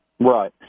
Right